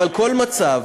אבל כל מצב